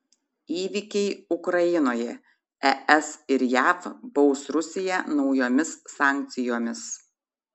įvykiai ukrainoje es ir jav baus rusiją naujomis sankcijomis